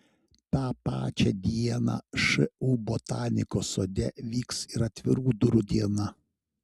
tą pačią dieną šu botanikos sode vyks ir atvirų durų diena